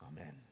Amen